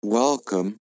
Welcome